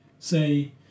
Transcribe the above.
say